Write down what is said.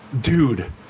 dude—